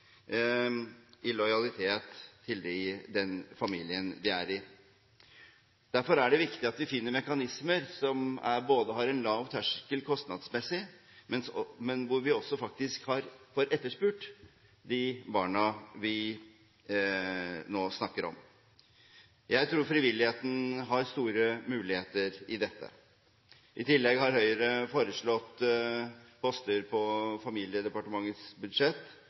i lojalitet overfor den familien de er i. Derfor er det viktig at vi finner mekanismer som både har en lav terskel kostnadsmessig og hvor vi også får etterspurt de barna vi nå snakker om. Jeg tror frivilligheten har store muligheter i dette. I tillegg foreslo Høyre på Barne- og familiedepartementets budsjett